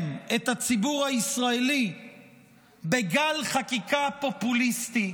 את הציבור הישראלי בגל חקיקה פופוליסטי,